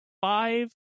five